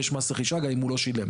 יש מס רכישה גם אם הוא לא שילם.